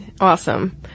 awesome